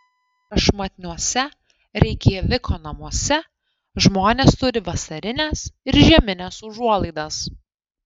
prašmatniuose reikjaviko namuose žmonės turi vasarines ir žiemines užuolaidas